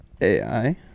AI